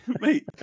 mate